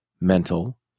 mental